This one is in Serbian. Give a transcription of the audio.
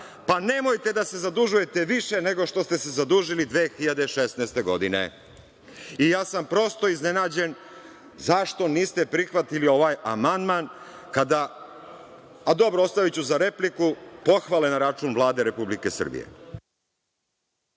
pa nemojte da se zadužujete više nego što ste se zadužili 2016. godine. Prosto sam iznenađen zašto niste prihvatili ovaj amandman. Dobro, ostaviću za repliku pohvale na račun Vlade Republike Srbije.